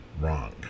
Wrong